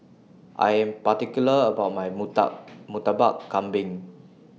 I Am particular about My Murtabak Kambing